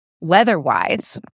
weather-wise